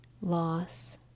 loss